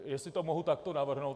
Jestli to mohu takto navrhnout.